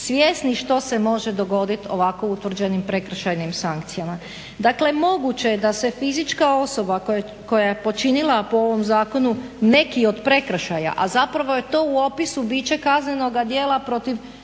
svjesni što se može dogoditi u ovako utvrđenim prekršajnim sankcijama. Dakle, moguće je da se fizička osoba koja je počinila po ovom zakonu neki od prekršaja, a zapravo je to u opisu biće kaznenoga djela protiv